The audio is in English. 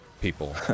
people